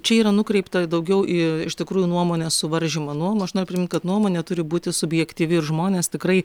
čia yra nukreipta daugiau į iš tikrųjų nuomonės suvaržymą nuomo aš noriu primint kad nuomonė turi būti subjektyvi ir žmonės tikrai